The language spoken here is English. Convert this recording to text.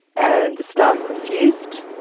and the staff refused,